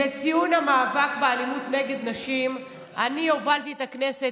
ביום המיוחד לציון המאבק באלימות נגד נשים אני הובלתי את הכנסת,